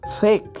fake